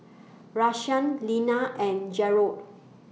Rashaan Lena and Gerold